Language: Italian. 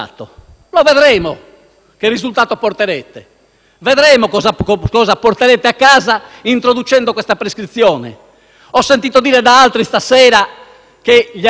che risultato porterete, vedremo cosa porterete a casa introducendo questa prescrizione. Ho sentito altri stasera parlare degli avvocati.